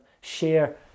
Share